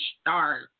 start